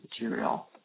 material